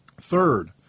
Third